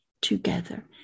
together